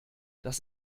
das